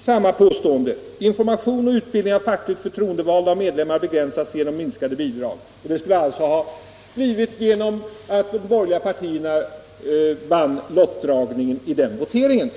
samma påstående som i annonsen: ”Information och utbildning av fackliga förtroendemän och medlemmar begränsas genom minskade bidrag.” Det skulle alltså ha blivit följden av att de borgerliga partierna vann lottdragningen vid voteringen.